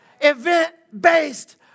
Event-based